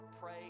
pray